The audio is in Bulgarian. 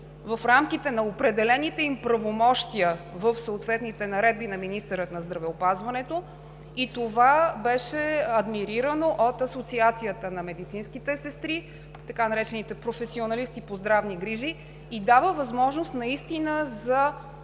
в рамките на определените им правомощия в съответните наредби на министъра на здравеопазването. Това беше адмирирано от Асоциацията на медицинските сестри – така наречените професионалисти по здравни грижи, и дава възможност наистина за